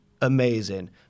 amazing